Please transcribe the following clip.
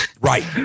Right